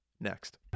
next